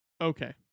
Okay